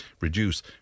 reduce